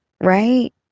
right